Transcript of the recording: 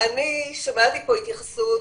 אני שמעתי פה התייחסות,